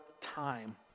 time